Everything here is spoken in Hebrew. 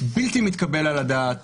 בלתי מתקבל על הדעת